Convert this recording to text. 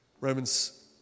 Romans